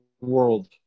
world